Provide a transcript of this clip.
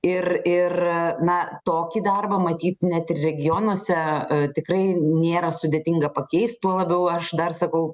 ir ir na tokį darbą matyt net ir regionuose tikrai nėra sudėtinga pakeist tuo labiau aš dar sakau